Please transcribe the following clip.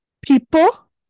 people